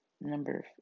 number